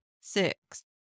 six